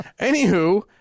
Anywho